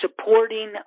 supporting